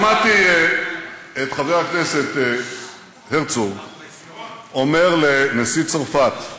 שמעתי את חבר הכנסת הרצוג אומר לנשיא צרפת: